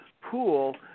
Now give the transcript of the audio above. pool